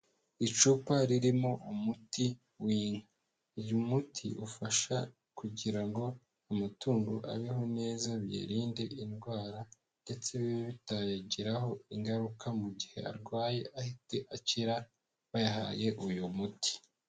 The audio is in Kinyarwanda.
Icupa ririmo umuti w'inka, uyu muti ufasha kugira ngo amatungo abeho neza biyarinde indwara, ndetse bibe bitayagiraho ingaruka, mu gihe arwaye ahite akira bayahaye uyu muti.